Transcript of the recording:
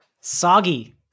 soggy